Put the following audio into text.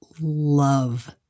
love